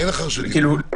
אין לך רשות דיבור.